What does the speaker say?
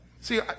See